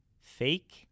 fake